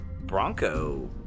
Bronco